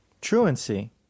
Truancy